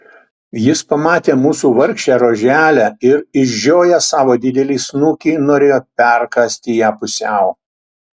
jis pamatė mūsų vargšę roželę ir išžiojęs savo didelį snukį norėjo perkąsti ją pusiau